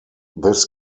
this